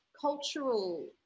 cultural